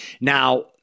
Now